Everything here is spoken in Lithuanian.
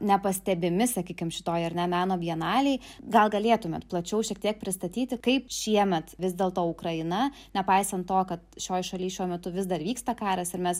nepastebimi sakykim šitoj ar ne meno bienalėj gal galėtumėt plačiau šiek tiek pristatyti kaip šiemet vis dėl to ukraina nepaisant to kad šioj šaly šiuo metu vis dar vyksta karas ir mes